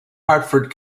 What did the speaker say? hartford